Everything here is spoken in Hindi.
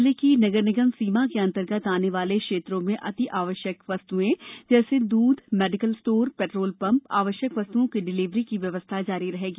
जिले की नगर निगम सीमा के अन्तर्गत आने वाले क्षेत्रों में अति आवश्यक वस्तुएं जैसे दूध मेडीकल स्टोर पेट्रोल पंप आवश्यक वस्तुओं की डिलेवरी की व्यवस्था जारी रहेगी